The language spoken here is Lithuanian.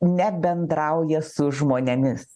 nebendrauja su žmonėmis